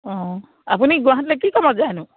অঁ আপুনি গুৱাহাটীলৈ কি কামত যায়নো